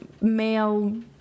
male